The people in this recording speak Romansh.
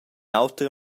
auter